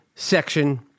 Section